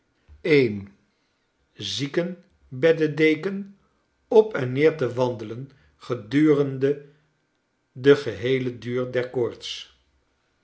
eens zieken beddedeken op en neer te wandelen gedurende den geheelen duur der